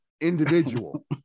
Individual